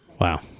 Wow